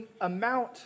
amount